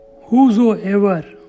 Whosoever